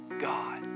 God